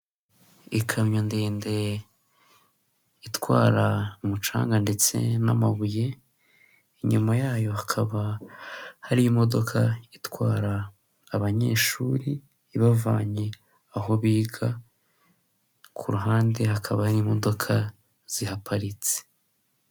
Ikamyo ndende itwara umucanga ndetse n'amabuye, inyuma yayo hakaba hari imodoka itwara abanyeshuri ibavanye aho biga. Ku ruhande hakaba hari imodoka zihaparitse.